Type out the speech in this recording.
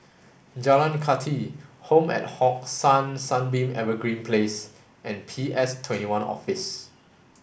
Jalan Kathi Home at Hong San Sunbeam Evergreen Place and P S twenty one Office